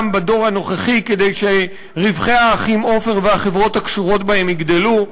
בדור הנוכחי כדי שרווחי האחים עופר והחברות הקשורות אליהם יגדלו,